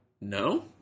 No